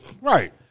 Right